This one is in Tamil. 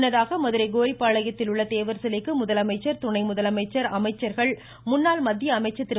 முன்னதாக மதுரை கோரிப்பாளையத்தில் உள்ள தேவர் சிலைக்கு முதலமைச்சர் துணை முதலமைச்சர் அமைச்சர்கள் முன்னாள் மத்திய அமைச்சர் திரு